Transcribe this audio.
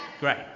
great